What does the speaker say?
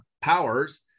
powers